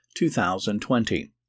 2020